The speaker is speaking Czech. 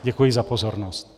Děkuji za pozornost.